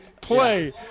play